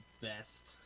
best